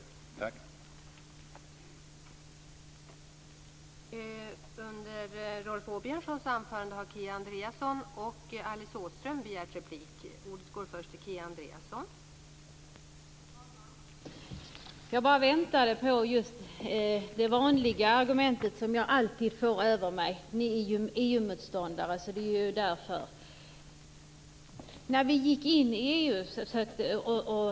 Tack!